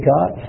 God